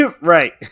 right